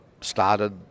started